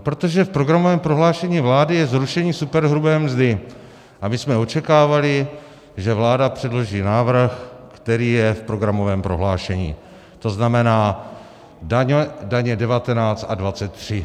Protože v programovém prohlášení vlády je zrušení superhrubé mzdy a my jsme očekávali, že vláda předloží návrh, který je v programovém prohlášení, to znamená daně 19 a 23.